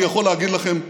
אני יכול להגיד לכם,